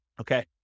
Okay